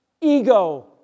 ego